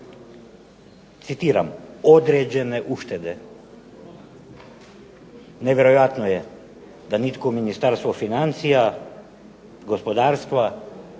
citiram određene uštede. Nevjerojatno je da nitko u Ministarstvu financija, gospodarstva,